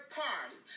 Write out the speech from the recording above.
party